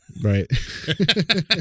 right